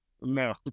No